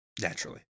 Naturally